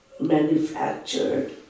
manufactured